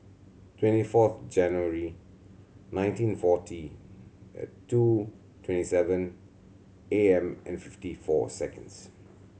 twenty fourth January nineteen forty and two twenty seven A M and fifty four seconds